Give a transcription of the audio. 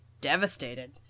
Devastated